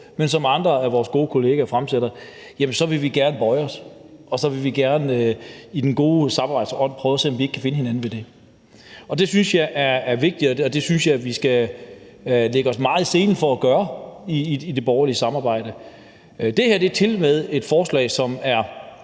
men som andre af vores gode kolleger fremsætter, vil vi gerne bøje os, og så vil vi gerne i det gode samarbejdes ånd prøve at se, om ikke vi kan finde hinanden ved det. Det synes jeg er vigtigt, og det synes jeg vi skal lægge os meget i selen for at gøre i det borgerlige samarbejde. Det her er tilmed et forslag, som i